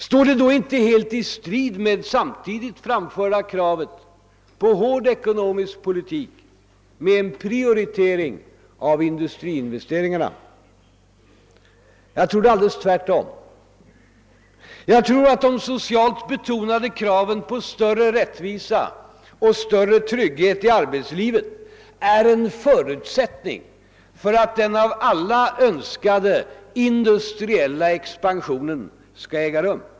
Står då inte detta helt i strid med det samtidigt framförda kravet på en hård ekonomisk politik med prioritering av industriinvesteringarna? Jag tror det är alldeles tvärtom. Jag tror att de socialt betonade kraven på större rättvisa och större trygghet i arbetslivet är en förutsättning för att den av alla önskade industriella expansionen skall äga rum.